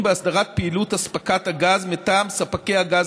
בהסדרת פעילות הספקת הגז מטעם ספקי הגז,